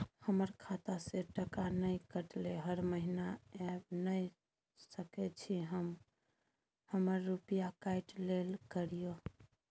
हमर खाता से टका नय कटलै हर महीना ऐब नय सकै छी हम हमर रुपिया काइट लेल करियौ?